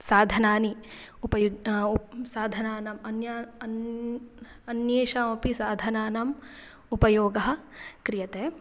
साधनानि उपयुज्य उप् साधनाम् अन्यान् अन् अन्येषामपि साधनानाम् उपयोगः क्रियते